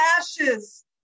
ashes